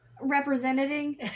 representing